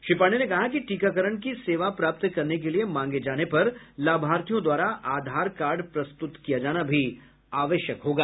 श्री पांडेय ने कहा कि टीकाकरण की सेवा प्राप्त करने के लिये मांगे जाने पर लाभार्थियों द्वारा आधार कार्ड प्रस्तुत किया जाना भी आवश्यक होगा